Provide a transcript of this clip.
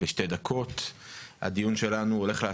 האמת היא,